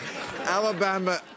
Alabama